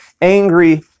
Angry